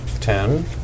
ten